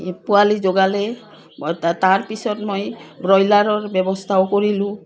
এই পোৱালি জগালে তাৰপিছত মই ব্ৰইলাৰৰ ব্যৱস্থাও কৰিলোঁ